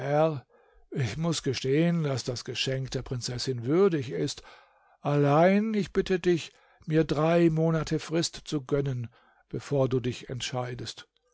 ich muß gestehen daß das geschenk der prinzessin würdig ist allein ich bitte dich mir drei monate frist zu gönnen bevor du dich entscheidest